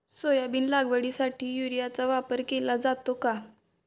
Soybean लागवडीसाठी युरियाचा वापर केला जातो का?